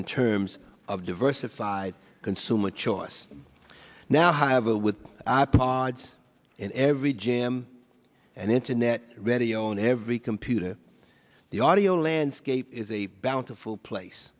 in terms of diversified consumer choice now have a with i pods in every jam and internet radio in every computer the audio landscape is a bountiful place